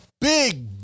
big